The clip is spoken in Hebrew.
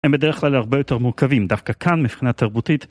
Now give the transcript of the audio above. הם בדרך כלל הרבה יותר מורכבים, דווקא כאן מבחינה תרבותית